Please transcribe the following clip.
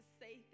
say